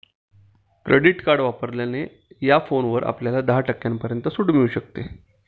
credit card वापरल्याने या फोनवर आपल्याला दहा टक्क्यांपर्यंत सूट मिळू शकते